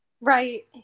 Right